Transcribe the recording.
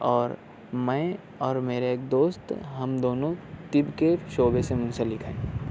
اور میں اور میرے ایک دوست ہم دونوں طب کے شعبے سے منسلک ہیں